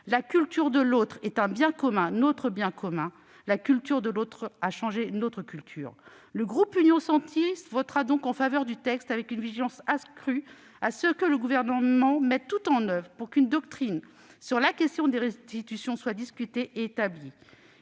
La culture de l'autre est un bien commun, notre bien commun. La culture de l'autre a changé notre culture. Le groupe Union Centriste votera donc en faveur du texte, avec une vigilance accrue quant aux efforts réalisés par le Gouvernement pour qu'une doctrine sur la question des restitutions soit discutée et établie.